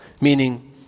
meaning